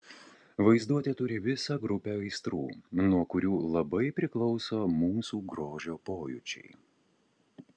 vaizduotė turi visą grupę aistrų nuo kurių labai priklauso mūsų grožio pojūčiai